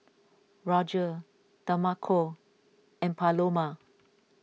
Roger Demarco and Paloma